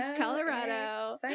Colorado